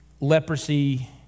leprosy